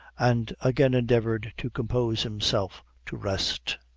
and again endeavored to compose himself to rest.